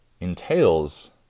entails